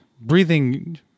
breathing